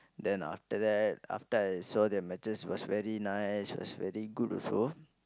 then after that after I saw their matches was very nice was very good also